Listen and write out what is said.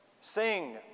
sing